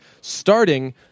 starting